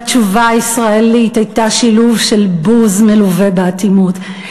והתשובה הישראלית הייתה שילוב של בוז מלווה באטימות.